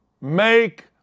make